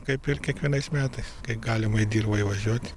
kaip ir kiekvienais metais kai galima į dirvą įvažiuoti